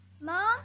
Mom